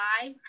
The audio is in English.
five